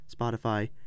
Spotify